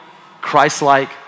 Christ-like